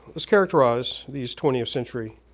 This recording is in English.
let's characterize these twentieth century